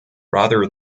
rather